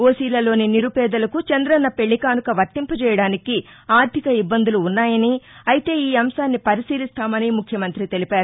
ఓసీలలోని నిరుపేదలకు చంద్రన్న పెళ్లికానుక వర్తింపచేయడానికి ఆర్గిక ఇబ్బందులు ఉన్నాయని అయితే ఈఅంశాన్ని పరిశీలిస్తామని ముఖ్యమంత్రి తెలిపారు